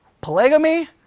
polygamy